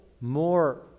more